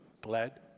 bled